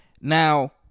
Now